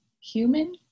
human